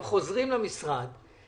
הם חוזרים למשרד,